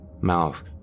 mouth